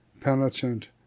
penitent